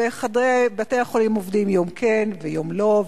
וחדרי בתי-החולים עובדים יום כן ויום לא,